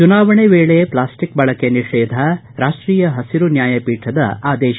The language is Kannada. ಚುನಾವಣೆ ವೇಳೆ ಪ್ಲಾಸ್ಟಿಕ್ ಬಳಕೆ ನಿಷೇಧ ರಾಷ್ಟೀಯ ಹಸಿರು ನ್ಯಾಯಪೀಠದ ಆದೇಶ